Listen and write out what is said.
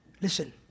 Listen